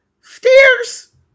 stairs